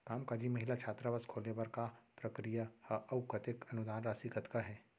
कामकाजी महिला छात्रावास खोले बर का प्रक्रिया ह अऊ कतेक अनुदान राशि कतका हे?